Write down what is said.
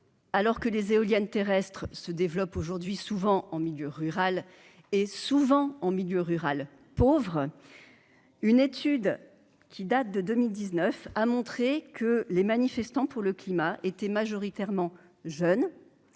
Alors que les éoliennes terrestres se développe aujourd'hui souvent en milieu rural et souvent en milieu rural, pauvre, une étude qui date de 2019 a montré que les manifestants pour le climat était majoritairement jeunes